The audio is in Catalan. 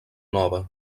nova